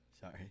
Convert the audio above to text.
Sorry